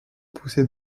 poussait